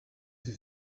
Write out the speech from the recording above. sie